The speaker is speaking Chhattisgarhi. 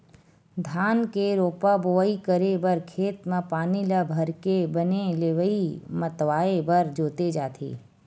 धान के रोपा बोवई करे बर खेत म पानी ल भरके बने लेइय मतवाए बर जोते जाथे